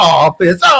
office